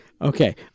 Okay